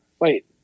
wait